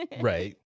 Right